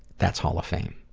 that's hall of fame.